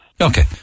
Okay